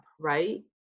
right